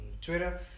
Twitter